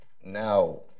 now